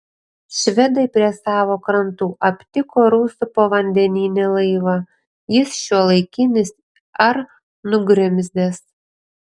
švedai prie savo krantų aptiko rusų povandeninį laivą jis šiuolaikinis ar nugrimzdęs